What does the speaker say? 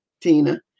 Tina